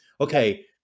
Okay